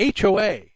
HOA